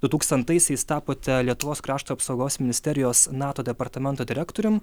du tūkstantaisiais tapote lietuvos krašto apsaugos ministerijos nato departamento direktorium